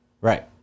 Right